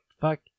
fuck